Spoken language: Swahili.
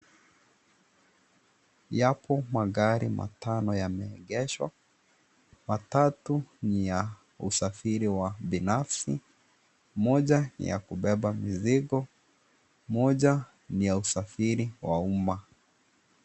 Yapo magari matano yameegeshwa, matatu ni ya usafiri wa binafsi, moja ni ya kubeba mizigo, moja ni ya usafiri wa umma.